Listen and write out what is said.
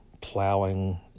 plowing